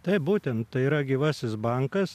taip būtent tai yra gyvasis bankas